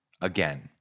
again